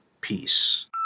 Peace